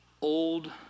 old